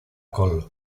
col